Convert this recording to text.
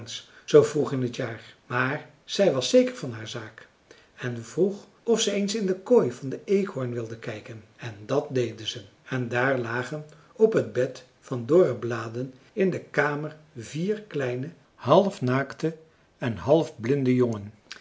zoo vroeg in het jaar maar zij was zeker van haar zaak en vroeg of ze eens in de kooi van den eekhoorn wilden kijken en dat deden ze en daar lagen op het bed van dorre bladen in de kamer vier kleine halfnaakte en halfblinde jongen